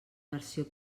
versió